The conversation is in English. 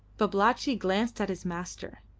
babalatchi glanced at his master.